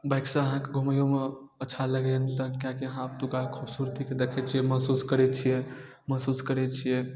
बाइकसँ अहाँके घुमैओमे अच्छा लगैए किएकि अहाँ ओतुका खूबसूरतीके देखै छिए महसूस करै छिए महसूस करै छिए